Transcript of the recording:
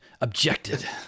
Objected